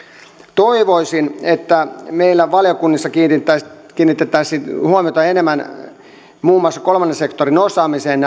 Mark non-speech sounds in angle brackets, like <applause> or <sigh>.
toivoisin että meillä valiokunnissa kiinnitettäisiin kiinnitettäisiin huomiota enemmän muun muassa kolmannen sektorin osaamiseen <unintelligible>